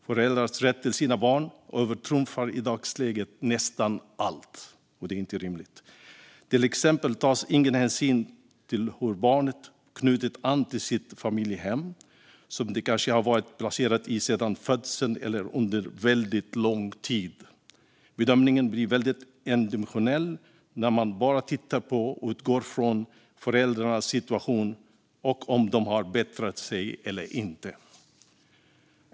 Föräldrars rätt till sina barn övertrumfar i dagsläget nästan allt, och det är inte rimligt. Till exempel tas ingen hänsyn till hur barnet knutit an till sitt familjehem, som det kanske har varit placerat i sedan födseln eller under väldigt lång tid. Bedömningen blir väldigt endimensionell när man bara tittar på och utgår från föräldrarnas situation och om de har bättrat sig eller inte.